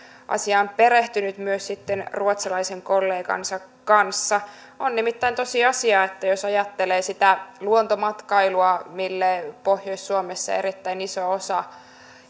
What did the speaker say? asiaan perehtynyt myös ruotsalaisen kollegansa kanssa on nimittäin tosiasia että jos ajattelee sitä luontomatkailua mille pohjois suomessa erittäin iso osa